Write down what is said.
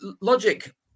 logic